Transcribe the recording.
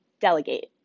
delegate